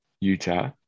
Utah